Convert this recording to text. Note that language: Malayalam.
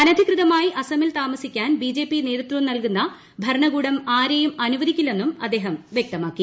അനധികൃതമായി അസമിൽ താമസിക്കാൻ ബിജെപി നേതൃത്വം നൽകുന്ന ഭരണകൂടം ആരെയും അനുവദിക്കില്ലെന്നും അദ്ദേഹം വ്യക്തമാക്കി